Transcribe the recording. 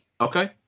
Okay